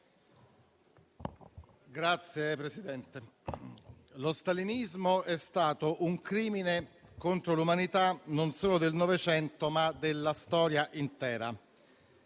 Signor Presidente, lo stalinismo è stato un crimine contro l'umanità non solo del Novecento, ma della storia intera.